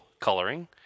coloring